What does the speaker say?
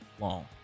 long